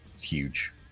huge